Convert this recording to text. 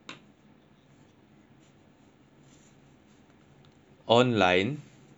online